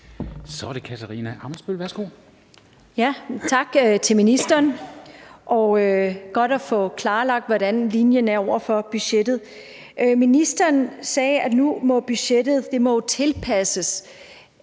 Kl. 13:21 Katarina Ammitzbøll (KF): Tak til ministeren. Det er godt at få klarlagt, hvordan linjen er i forhold til budgettet. Ministeren sagde, at nu må budgettet tilpasses